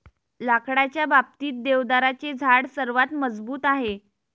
लाकडाच्या बाबतीत, देवदाराचे झाड सर्वात मजबूत आहे